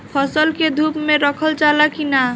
फसल के धुप मे रखल जाला कि न?